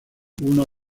uno